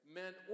men